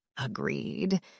Agreed